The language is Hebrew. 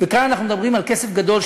וכאן אנחנו מדברים על כסף גדול,